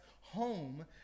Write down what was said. home